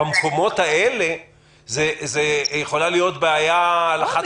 במקומות האלה יכולה להיות בעיה על אחת כמה וכמה.